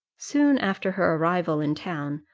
soon after her arrival in town,